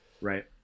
right